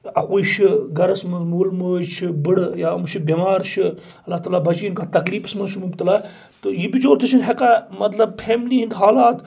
اکُے چھُ گرس منٛز مول موج چھِ بٕڑٕ یا بٮ۪مار چھِ اللہ تعالیٰ بچاوِنۍ کانٛہہ تکلیفس منٛز چھُ مُبتلہ تہٕ یہِ بِچور تہِ چھُنہٕ ہیٚکان مطلب فیملی ہِنٛد حالات